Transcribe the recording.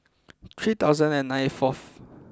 three thousand and ninety fourth